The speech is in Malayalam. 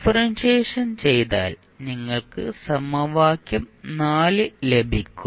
ഡിഫറൻഷിയേഷൻ ചെയ്താൽ നിങ്ങൾക്ക് സമവാക്യം ലഭിക്കും